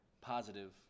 positive